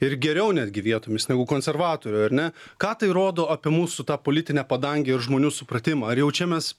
ir geriau netgi vietomis negu konservatorių ar ne ką tai rodo apie mūsų tą politinę padangę ir žmonių supratimą ar jau čia mes